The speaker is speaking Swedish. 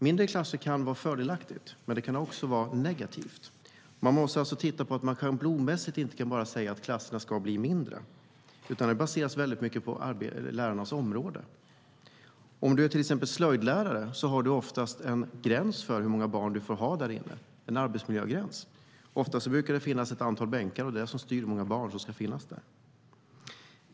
Mindre klasser kan vara fördelaktigt, men det kan också vara negativt. Man måste se till att man inte schablonmässigt säger att klasserna ska bli mindre, för det baseras mycket på lärarnas område. Om du är till exempel slöjdlärare har du oftast en gräns för hur många barn du får ha i klassrummet. Det är en arbetsmiljögräns. Oftast finns det ett antal bänkar, och det är det som styr hur många barn som ska finnas där.